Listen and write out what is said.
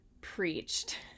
preached